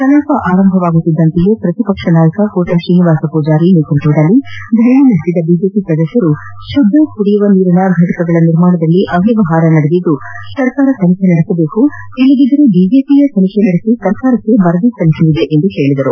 ಕಲಾಪ ಆರಂಭವಾಗುತ್ತಿದ್ದಂತೆ ಪ್ರತಿಪಕ್ಷ ನಾಯಕ ಕೋಟಾ ಶ್ರೀನಿವಾಸ ಪೂಜಾರಿ ನೇತೃತ್ವದಲ್ಲಿ ಧರಣಿ ನಡೆಸಿದ ಬಿಜೆಪಿ ಸದಸ್ಯರು ಶುದ್ದ ನೀರಿನ ಘಟಕಗಳ ನಿರ್ಮಾಣದಲ್ಲಿ ಅವ್ಯವಹಾರ ನಡೆದಿದ್ದುಸರ್ಕಾರ ತನಿಖೆ ನಡೆಸಬೇಕು ಇಲ್ಲದಿದ್ದರೆ ಬಿಜೆಪಿಯೇ ತನಿಖೆ ನಡೆಸಿ ಸರ್ಕಾರಕ್ಕೆ ವರದಿ ಸಲ್ಲಿಸಲಿದೆ ಎಂದು ಹೇಳಿದರು